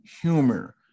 humor